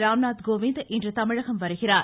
ராம்நாத்கோவிந்த் இன்று தமிழகம் வருகிறார்